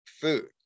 food